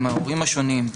עם ההורים השונים,